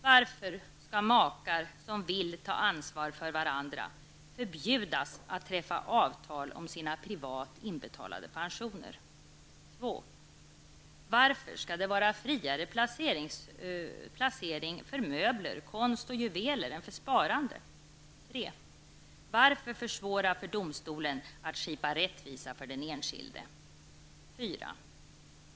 Varför skall makar som vill ta ansvar för varandra förbjudas att träffa avtal om sina privat inbetalade pensioner? 2. Varför skall det vara friare placering för möbler, konst och juveler än för sparandet? 3. Varför försvåra för domstolen att skipa rättvisa för den enskilde? 4.